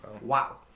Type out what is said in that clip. wow